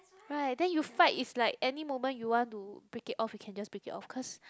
right then you fight it's like any moment you want to break it off you can just break it off because